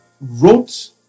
wrote